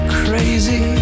crazy